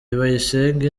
bayisenge